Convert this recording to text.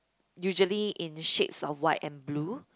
usually in shades of white and blue